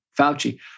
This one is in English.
Fauci